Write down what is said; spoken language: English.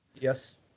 Yes